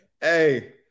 Hey